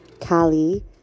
kali